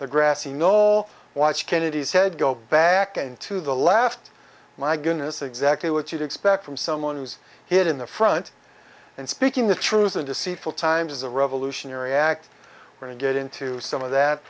the grassy knoll watched kennedy's head go back into the last my goodness exactly what you'd expect from someone who's hit in the front and speaking the truth and deceitful times as a revolutionary act were to get into some of that